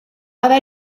haver